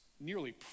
nearly